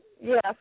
Yes